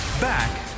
Back